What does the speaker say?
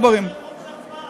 תאפשר